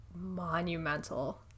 monumental